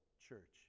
church